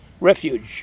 Refuge